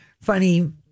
Funny